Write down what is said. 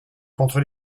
contre